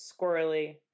squirrely